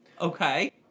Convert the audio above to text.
Okay